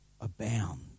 abound